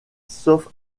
sauf